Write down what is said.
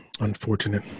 Unfortunate